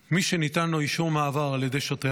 מי שניתן לו אישור מעבר על ידי שוטר,